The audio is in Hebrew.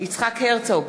יצחק הרצוג,